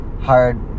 hard